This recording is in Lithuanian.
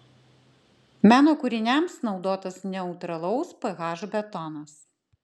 meno kūriniams naudotas neutralaus ph betonas